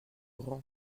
grands